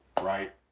right